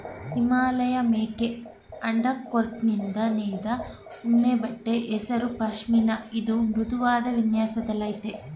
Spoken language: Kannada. ಹಿಮಾಲಯಮೇಕೆ ಅಂಡರ್ಕೋಟ್ನಿಂದ ನೇಯ್ದ ಉಣ್ಣೆಬಟ್ಟೆ ಹೆಸರು ಪಷ್ಮಿನ ಇದು ಮೃದುವಾದ್ ವಿನ್ಯಾಸದಲ್ಲಯ್ತೆ